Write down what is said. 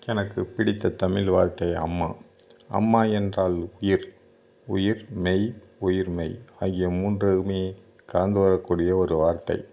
எனக்கு பிடித்த தமிழ் வார்த்தை அம்மா அம்மா என்றால் உயிர் உயிர் மெய் உயிர்மெய் ஆகிய மூன்றுமே கலந்து வரக்கூடிய ஒரு வார்த்தை